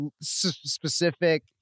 specific